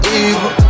evil